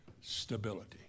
stability